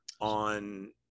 on